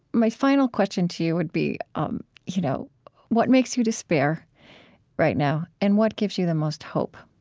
my final question to you would be um you know what makes you despair right now, and what gives you the most hope?